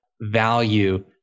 value